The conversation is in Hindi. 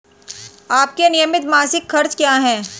आपके नियमित मासिक खर्च क्या हैं?